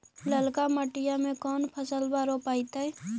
ललका मटीया मे कोन फलबा रोपयतय?